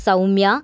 सौम्या